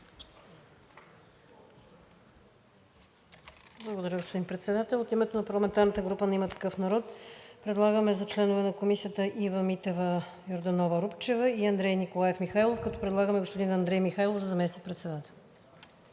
Благодаря, господин Председател. От името на парламентарната група на „Има такъв народ“ предлагаме за членове на Комисията: Ива Митева Йорданова-Рупчева и Андрей Николаев Михайлов, като предлагаме господин Андрей Михайлов за заместник-председател.